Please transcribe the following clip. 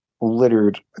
littered